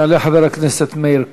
יעלה חבר הכנסת מאיר כהן,